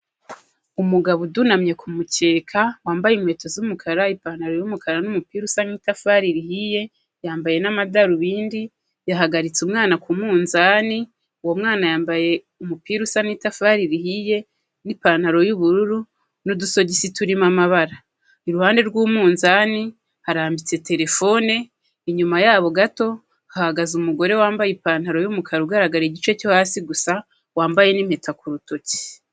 Umugabo udunamye ku mukeka wambaye inkweto z'umukara, ipantaro y'umukara' numupira usa n'itafari rihiye, yambaye n'amadarubindi, yahagaritse umwana ku munzani. Uwo mwana yambaye umupira usa n'itafari rihiye n'ipantaro y'ubururu n'udusogisi turimo amabara. Iruhande rw'umunzani harambitse terefone, inyuma yabo gato hahagaze umugore wambaye ipantaro y'umukara ugaragara igice cyo hasi gusa wambaye n'impeta ku rutoki.